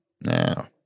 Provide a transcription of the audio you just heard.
Now